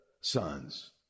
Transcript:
sons